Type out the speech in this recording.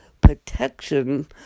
protection